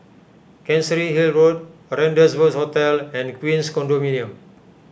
Chancery Hill Road Rendezvous Hotel and Queens Condominium